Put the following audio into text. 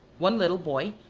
one little boy,